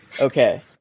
okay